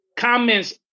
Comments